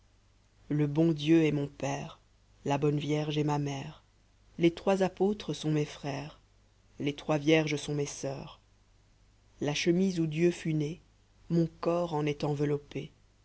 le bon dieu est mon père la bonne vierge est ma mère les trois apôtres sont mes frères les trois vierges sont mes soeurs la chemise où dieu fut né mon corps en est enveloppé